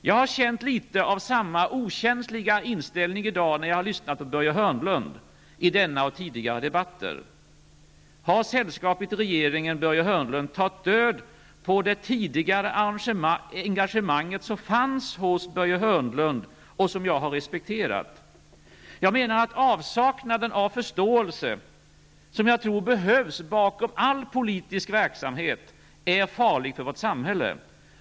Jag har märkt litet av samma okänsliga inställning i dag när jag har lyssnat på Börje Hörnlund i denna och tidigare debatter. Har sällskapet i regeringen tagit död på det tidigare engagemang som fanns hos Börje Hörnlund, och som jag har respekterat? Avsaknaden av förståelse, den förståelse som jag tror behövs bakom all politisk verksamhet, är farlig för vårt samhälle.